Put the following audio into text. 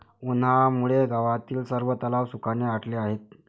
उन्हामुळे गावातील सर्व तलाव सुखाने आटले आहेत